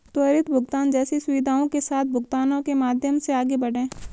त्वरित भुगतान जैसी सुविधाओं के साथ भुगतानों के माध्यम से आगे बढ़ें